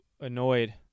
annoyed